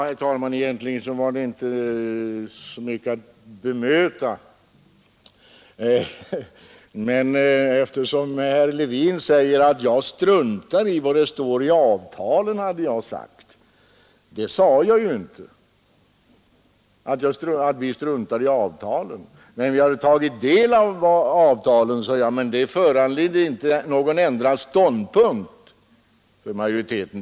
Herr talman! Egentligen var det inte så mycket att bemöta. Men herr Levin hävdar att jag sagt att jag struntar i vad det står i avtalen. Nej, jag sade inte att vi struntar i avtalen, utan jag sade att vi har tagit del av avtalen och att detta inte föranledde någon ändrad ståndpunkt för majoritetens del.